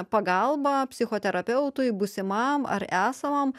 pagalba psichoterapeutui būsimam ar esamam